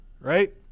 right